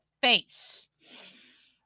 face